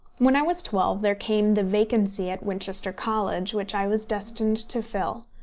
when i was twelve there came the vacancy at winchester college which i was destined to fill.